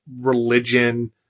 religion